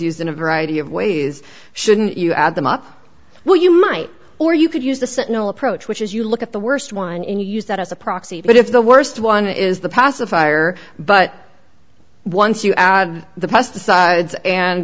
used in a variety of ways shouldn't you add them up well you might or you could use the sentinel approach which is you look at the worst one and use that as a proxy but if the worst one is the pacifier but once you add the pesticides and